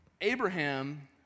Abraham